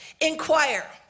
inquire